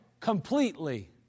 completely